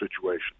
situation